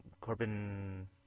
Corbin